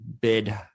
bid